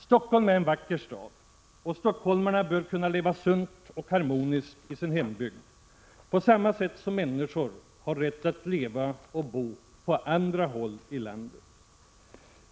Stockholm är en vacker stad och stockholmarna bör kunna leva sunt och harmoniskt i sin hembygd på samma sätt som människor har rätt att leva och bo på andra håll i landet.